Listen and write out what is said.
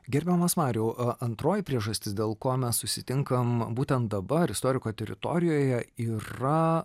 gerbiamas mariau antroji priežastis dėl ko mes susitinkam būtent dabar istoriko teritorijoje yra